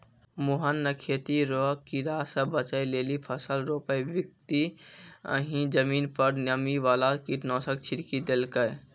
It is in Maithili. मोहन नॅ खेती रो कीड़ा स बचै लेली फसल रोपै बक्ती हीं जमीन पर नीम वाला कीटनाशक छिड़की देलकै